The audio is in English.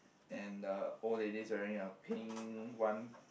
and the old lady wearing a pink one